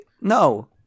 no